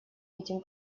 этим